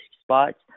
spots